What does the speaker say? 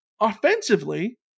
Offensively